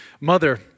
mother